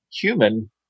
human